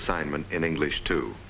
assignment in english to